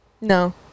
no